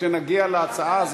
כשנגיע להצעה.